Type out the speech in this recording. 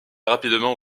rapidement